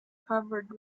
covered